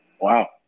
Wow